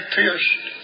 pierced